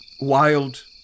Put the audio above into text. wild